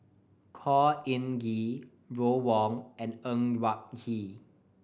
Khor Ean Ghee Ron Wong and Ng Yak Whee